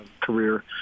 career